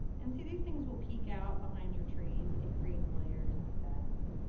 and see, these things will peek out behind your trees. it creates layers and effects.